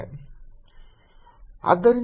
B0J Bz 0I2 R2R2z232 A B B